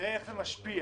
נראה איך זה משפיע